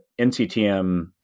NCTM